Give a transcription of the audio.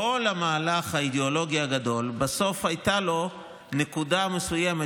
כל המהלך האידיאולוגי הגדול בסוף הייתה לו נקודה מסוימת